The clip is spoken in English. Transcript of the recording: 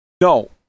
No